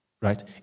right